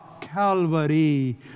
calvary